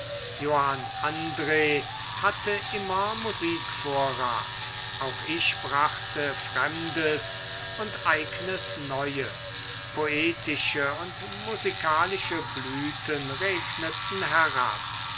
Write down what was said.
johann andr hatte immer musikvorrat auch ich brachte fremdes und eignes neue poetische und musikalische blüten regneten herab